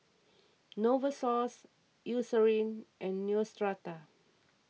Novosource Eucerin and Neostrata